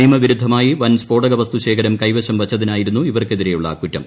നിയമവിരുദ്ധമായി വൻ സ്ഫോടക വസ്തു ശേഖരം കൈവശം വച്ചതായിരുന്നു ഇവർക്കെതിരെയുള്ള കുറ്റം